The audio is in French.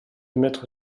mettre